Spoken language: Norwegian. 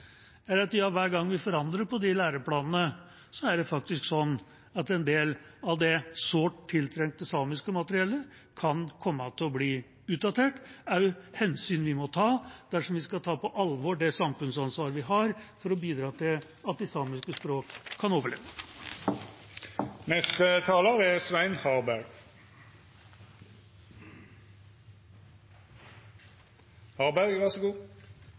at hver gang vi forandrer på læreplanene, er det faktisk slik at en del av det sårt tiltrengte samiske materiellet kan komme til å bli utdatert. Det er hensyn vi må ta dersom vi skal ta på alvor det samfunnsansvaret vi har for å bidra til at de samiske språkene kan overleve. Språk engasjerer oss, og det engasjerer meg. Det er